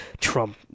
Trump